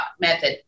method